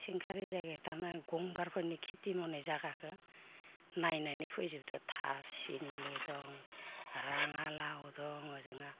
सेंखारि जायगायाव थाङो आं गंगारफोरनि खेथि मावनाय जागाखौ नायनानै फैजोबदो थासुमलि दं राङालाव दं ओजोङा